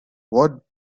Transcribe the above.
what